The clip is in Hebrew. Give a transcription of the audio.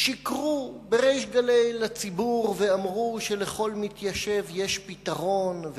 שיקרו בריש גלי לציבור ואמרו שלכל מתיישב יש פתרון,